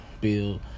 build